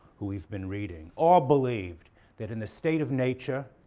who we've been reading, all believed that in the state of nature,